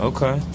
Okay